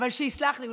אבל שיסלח לי,